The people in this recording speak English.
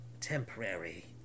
temporary